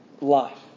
life